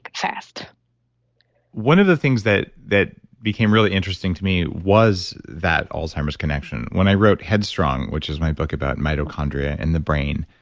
one of the things that that became really interesting to me was that alzheimer's connection. when i wrote headstrong, which was my book about mitochondria in the brain,